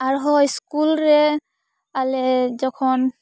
ᱟᱨᱦᱚᱸ ᱥᱠᱩᱞ ᱨᱮ ᱟᱞᱮ ᱡᱚᱠᱷᱚᱱ